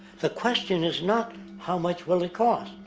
the question is not how much will it cost.